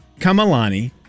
Kamalani